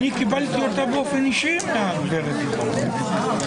הישיבה ננעלה בשעה 13:16.